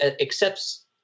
accepts